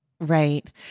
Right